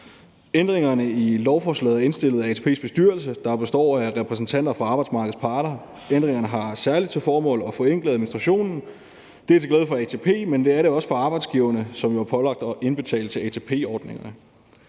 Ændringerne i lovforslaget er indstillet af ATP's bestyrelse, der består af repræsentanter fra arbejdsmarkedets parter. Ændringerne har særlig til formål at forenkle administrationen. Det er til glæde for ATP, men det er det også for arbejdsgivernes, som jo er pålagt at indbetale til ATP-ordningerne.